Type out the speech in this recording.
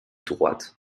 droite